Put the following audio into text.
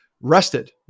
rested